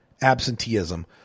absenteeism